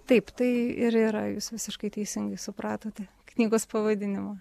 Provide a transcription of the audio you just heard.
taip tai ir yra jūs visiškai teisingai supratote knygos pavadinimą